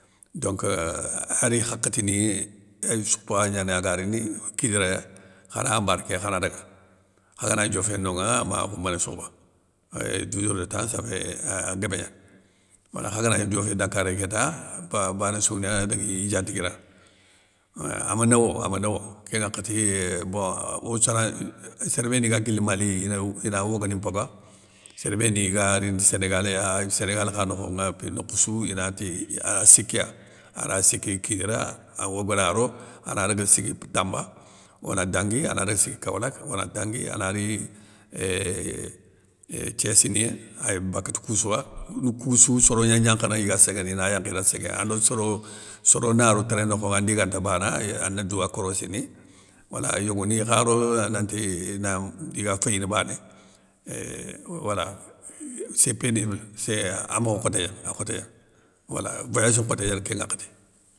Donc euuhh khari hakhatini, un sur trois gnani ga rini kidira ya, khana embarqué khana daga, khagana gni diofné nonŋa ma khoumbéné sokhoba, éuuh douzeur de temps sa fé ahh guébé gnani. Wala kha ganagni diofé dakar kéta, ba bané sou na dagui i diatiguiranŋa, eiin ama nowo ama nowo kén nŋhakhati bon ossaran sér béni ga guili mali, ina waga ni mpaga, sér béni ga rini sénégali ya sénégal kha nokhonŋa épi nokhou sou ina ti a sikiya, aray siki kidira awe ogana ro, ana daga sigui tamba, ona dangui ana daga sigui kaolack ona dangui ana ri éuuuhh thiés ni ya, ay bakka ti koussouwa oune koussou soro gna gnankhana iga ségué ina yankha ina ségué, ando soro, soro na ro train nokhonŋa, andi ganta bana, éuuh ana douwa korossini, wala yogonikha rona nanti, namm iga féyini bané, éuuh wala sé pénible, sé amokho nkhoté gnani, a khoté gnani, wala voyage nkhoté gnani kén ŋwakhati.